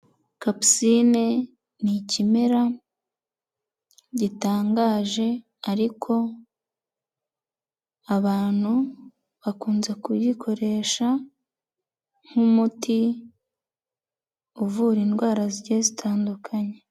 Kapisine ni ikimera gitangaje, ariko abantu bakunze kugikoresha nk'umuti uvura indwara zigiye zitandukanye.